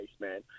man